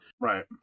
Right